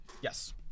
Yes